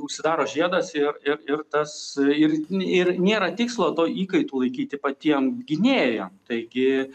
užsidaro žiedas ir ir ir tas ir ir nėra tikslo to įkaitų laikyti patiem gynėjam taigi